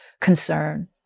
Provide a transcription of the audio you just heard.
concern